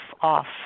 off